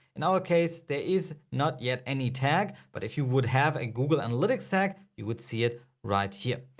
in our case there is not yet any tag, but if you would have a google analytics tag, you would see it right here.